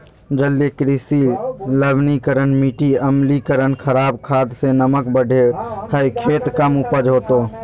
जलीय कृषि लवणीकरण मिटी अम्लीकरण खराब खाद से नमक बढ़े हइ खेत कम उपज होतो